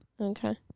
Okay